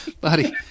buddy